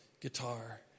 guitar